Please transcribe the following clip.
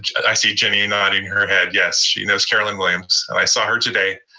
and i see jenny nodding her head. yes, she knows carolyn williams and i saw her today.